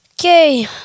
Okay